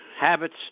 habits